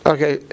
Okay